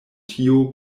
tio